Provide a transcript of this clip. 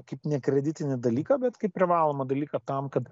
kaip ne kreditinį dalyką bet kaip privalomą dalyką tam kad